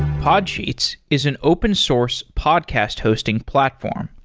podsheets is an open source podcast hosting platform.